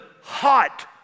hot